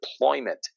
deployment